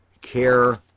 Care